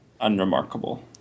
Unremarkable